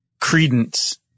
credence